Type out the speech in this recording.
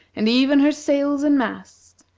and even her sails and masts,